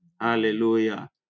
Hallelujah